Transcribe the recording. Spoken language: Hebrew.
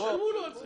תשלמו לו על זה.